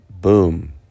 boom